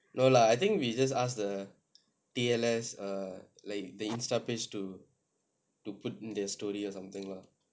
no lah I think we just ask the T_L_S err like the Insta page to to put in their story or something lah